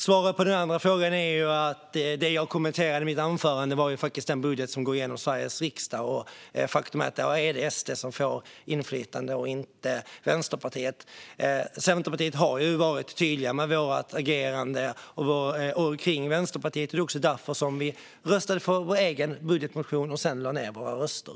Svaret på den andra frågan är att det jag kommenterade i mitt anförande var den budget som gått igenom i Sveriges riksdag. Där är det SD som får inflytande och inte Vänsterpartiet. Vi i Centerpartiet har varit tydliga med vårt agerande kring Vänsterpartiet, och det var också därför vi röstade för vår egen budgetmotion och sedan lade ned våra röster.